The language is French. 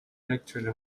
l’actuelle